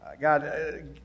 God